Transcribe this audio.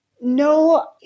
no